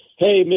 Hey